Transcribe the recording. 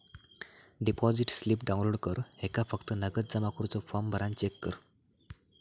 deposit slip download कर ह्येका फक्त नगद जमा करुचो फॉर्म भरान चेक कर